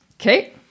Okay